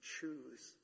Choose